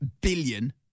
billion